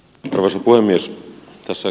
nousu voi myös tässä